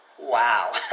wow